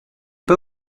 pas